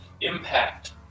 Impact